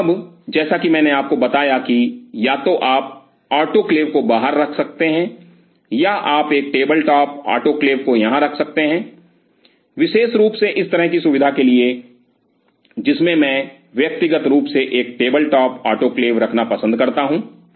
तो अब जैसा कि मैंने आपको बताया कि या तो आप आटोक्लेव को बाहर रख सकते हैं या आप एक टेबल टॉप आटोक्लेव को यहां रख सकते हैं विशेष रूप से इस तरह की सुविधा के लिए जिसमें मैं व्यक्तिगत रूप से एक टेबल टॉप आटोक्लेव रखना पसंद करता हूं